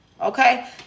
Okay